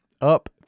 up